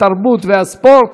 התרבות והספורט,